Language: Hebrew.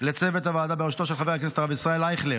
לצוות הוועדה בראשותו של חבר הכנסת הרב ישראל אייכלר,